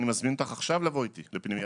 אני מזמין אותך עכשיו לבוא איתי לפנימייה.